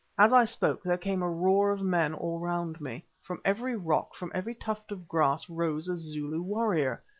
as i spoke there came a roar of men all round me. from every rock, from every tuft of grass rose a zulu warrior.